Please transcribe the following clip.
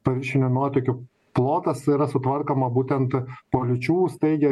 paviršinio nuotėkio plotas yra sutvarkoma būtent po liūčių staigiai